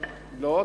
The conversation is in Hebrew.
לא,